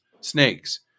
snakes